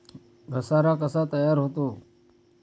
घसारा कसा तयार होतो?